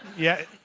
yeah.